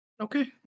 Okay